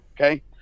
Okay